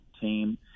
team